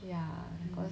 ya cause